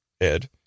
Ed